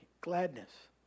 gladness